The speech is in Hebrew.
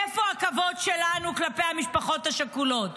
איפה הכבוד שלנו כלפי המשפחות השכולות?